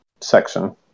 section